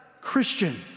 Christian